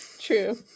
True